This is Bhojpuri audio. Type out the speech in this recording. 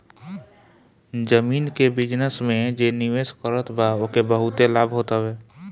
जमीन के बिजनस में जे निवेश करत बा ओके बहुते लाभ होत हवे